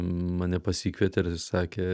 mane pasikvietė ir sakė